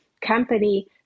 company